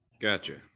gotcha